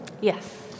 Yes